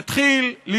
15(ב)